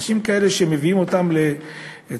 אנשים כאלה, כשמביאים אותם לתפקיד,